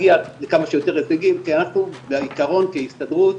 כי אנחנו בעיקרון כהסתדרות